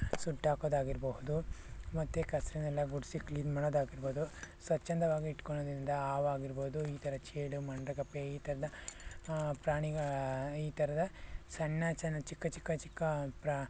ಸುಟ್ಟಾಕೋದಾಗಿರಬಹುದು ಮತ್ತು ಕಸರೇನೆಲ್ಲ ಗುಡಿಸಿ ಕ್ಲೀನ್ ಮಾಡೋದಾಗಿರ್ಬೊದು ಸ್ವಚ್ಛಂದವಾಗಿ ಇಟ್ಕೊಳ್ಳೋದ್ರಿಂದ ಆವಾಗಿರ್ಬೋದು ಈ ಥರ ಚೇಡು ವಂಡ್ರಗಪ್ಪೆ ಈ ಥರದ ಪ್ರಾಣಿಗ ಈ ಥರದ ಸಣ್ಣ ಚನ ಚಿಕ್ಕ ಚಿಕ್ಕ ಚಿಕ್ಕ ಪ್ರಾ